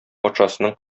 патшасының